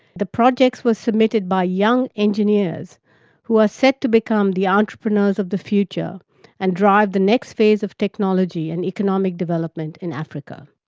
the projects were submitted by young engineers who are set to become the entrepreneurs of the future and drive the next phase of technology and economic development in africa.